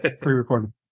pre-recorded